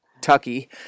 Tucky